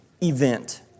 event